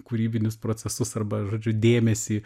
kūrybinius procesus arba žodžiu dėmesį